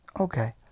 Okay